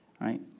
Right